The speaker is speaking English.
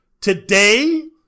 Today